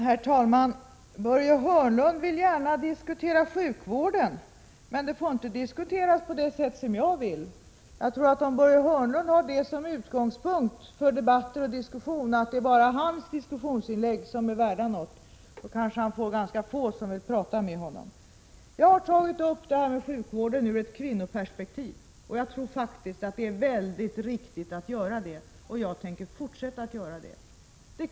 Herr talman! Börje Hörnlund vill gärna diskutera sjukvården, men den får inte diskuteras på det sätt som jag vill. Om Börje Hörnlund har som utgångspunkt för debatter och diskussioner att bara hans diskussionsinlägg är värda någonting, tror jag att ganska få vill prata med honom. Jag har tagit upp sjukvården ur kvinnoperspektiv. Jag tror att det är helt riktigt att göra det, och jag tänker fortsätta med det.